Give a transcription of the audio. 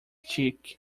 cheek